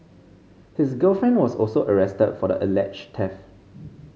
his girlfriend was also arrested for the alleged theft